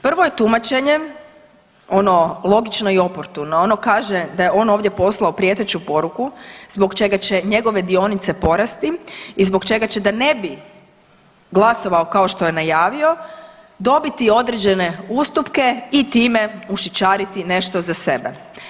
Prvo je tumačenje ono logično i oportuno, ono kaže da je on ovdje poslao prijeteću poruku zbog čega će njegove dionice porasti i zbog čega će da ne bi glasovao kao što je najavio, dobiti određene ustupke i time ušićariti nešto za sebe.